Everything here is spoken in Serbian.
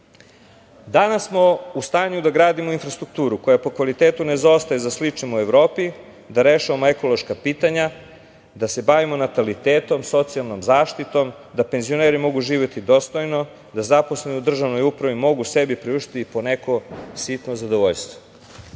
način. Danas smo u stanju da gradimo infrastrukturu koja po kvalitetu na zaostaje po sličnim u Evropi, da rešavamo ekološka pitanja, da se bavimo natalitetom, socijalnom zaštitom, da penzioneri mogu živeti dostojno, da zaposleni u državnoj upravi mogu sebi da priušte i po neko sitno zadovoljstvo. Srbija